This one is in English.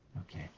Okay